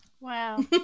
Wow